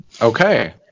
Okay